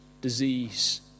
disease